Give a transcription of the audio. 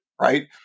right